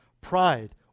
Pride